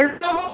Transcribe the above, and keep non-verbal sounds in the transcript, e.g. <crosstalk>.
<unintelligible>